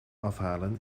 afhalen